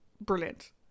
brilliant